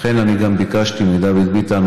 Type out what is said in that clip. לכן אני גם ביקשתי מדוד ביטן,